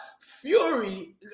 Fury